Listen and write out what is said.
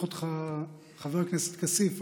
חבר הכנסת כסיף,